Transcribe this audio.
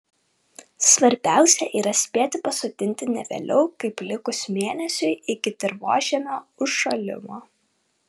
svarbiausia yra spėti pasodinti ne vėliau kaip likus mėnesiui iki dirvožemio užšalimo